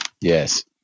Yes